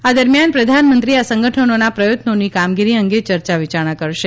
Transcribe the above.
આ દરમિયાન પ્રધાનમંત્રી આ સંગઠનોના પ્રયત્નોની કામગીરી અંગે યર્યા વિચારણા કરશે